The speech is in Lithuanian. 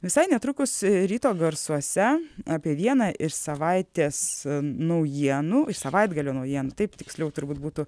visai netrukus ryto garsuose apie vieną iš savaitės naujienų iš savaitgalio naujienų taip tiksliau turbūt būtų